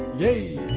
yay!